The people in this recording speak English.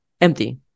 empty